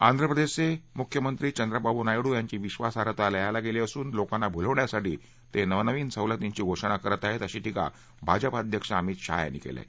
आंध्र प्रदेशचे मुख्यमंत्री चंद्राबाबू नाया ियांची विधासार्हता लयाला गेली असून लोकांना भुलवण्यासाठी ते नवनवीन सवलतींची घोषणा करत आहेत अशी टीका भाजपा अध्यक्ष अमित शहा यांनी केली आहे